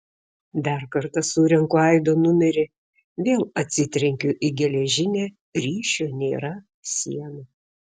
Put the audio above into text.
dar kartą surenku aido numerį vėl atsitrenkiu į geležinę ryšio nėra sieną